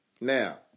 now